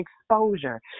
exposure